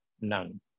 None